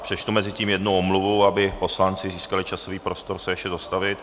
Přečtu mezitím jednu omluvu, aby poslanci získali časový prostor se ještě dostavit.